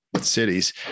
cities